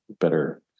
better